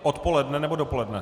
Odpoledne, nebo dopoledne?